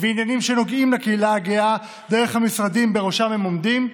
ועניינים שנוגעים לקהילה הגאה דרך המשרדים שבראשם הם עומדים.